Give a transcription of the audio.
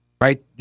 right